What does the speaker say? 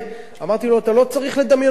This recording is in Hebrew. אמרתי לו: אתה לא צריך לדמיין יותר מדי.